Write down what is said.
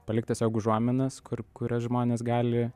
palikt tiesiog užuominas kur kurias žmonės gali